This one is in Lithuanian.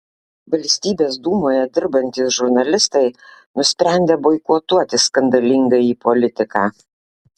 valstybės dūmoje dirbantys žurnalistai nusprendė boikotuoti skandalingąjį politiką